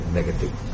negative